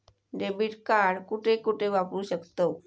Debit card कुठे कुठे वापरू शकतव?